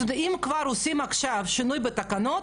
זאת אומרת אם כבר עושים עכשיו שינוי בתקנות